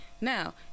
Now